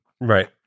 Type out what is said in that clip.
Right